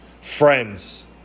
friends